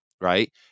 Right